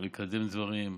לקדם דברים,